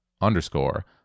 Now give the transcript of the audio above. underscore